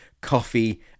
coffee